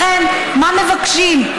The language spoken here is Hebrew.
לכן, מה מבקשים?